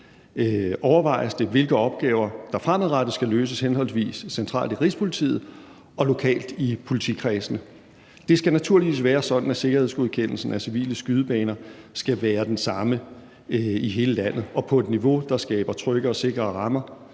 overvejes det, hvilke opgaver der fremadrettet skal løses henholdsvis centralt i Rigspolitiet og lokalt i politikredsene. Det skal naturligvis være sådan, at sikkerhedsgodkendelsen af civile skydebaner skal være den samme i hele landet og på et niveau, der skaber trygge og sikre rammer